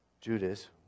Judas